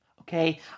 Okay